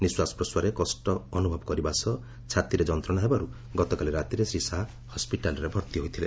ନିଶ୍ୱାସ ପ୍ରଶ୍ୱାସରେ କଷ୍ଟ ଅନୁଭବ କରିବା ସହ ଛାତିରେ ଯନ୍ତ୍ରଣା ହେବାରୁ ଗତକାଲି ରାତିରେ ଶ୍ରୀ ଶାହା ହସ୍କିଟାଲ୍ରେ ଭର୍ତ୍ତି ହୋଇଥିଲେ